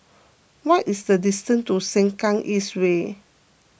what is the distance to Sengkang East Way